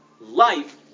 life